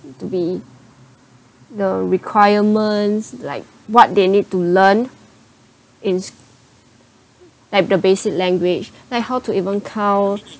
to be the requirements like what they need to learn in s~ like the basic language like how to even count